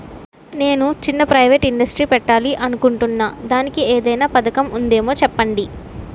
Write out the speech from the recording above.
నేను చిన్న private industry పెట్టాలి అనుకుంటున్నా దానికి ఏదైనా పథకం ఉందేమో చెప్పండి?